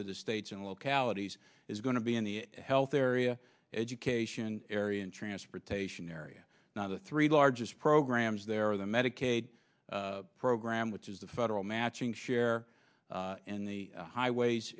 to the states and localities is going to be in the health area education area and transportation area three largest programs there are the medicaid program which is the federal matching share in the highways